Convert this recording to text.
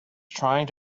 trying